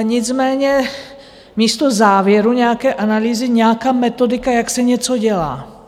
Nicméně místo závěru nějaké analýzy nějaká metodika, jak se něco dělá.